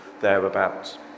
thereabouts